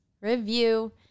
Review